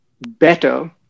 better